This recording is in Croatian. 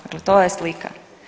Dakle to je slika.